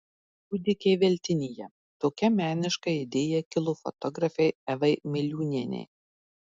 kūdikiai veltinyje tokia meniška idėja kilo fotografei evai miliūnienei